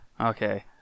Okay